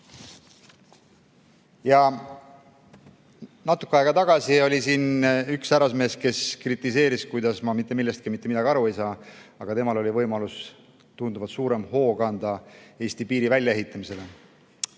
Natuke aega tagasi oli siin üks härrasmees, kes kritiseeris, kuidas ma mitte millestki mitte midagi aru ei saa, aga temal oli võimalus anda tunduvalt suurem hoog Eesti piiri väljaehitamisele.